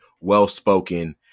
well-spoken